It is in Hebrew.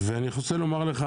ואני רוצה לומר לך